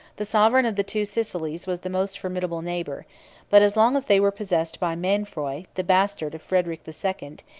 the sovereign of the two sicilies was the most formidable neighbor but as long as they were possessed by mainfroy, the bastard of frederic the second,